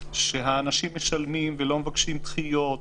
שהאנשים משלמים ולא מבקשים דחיות.